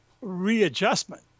readjustment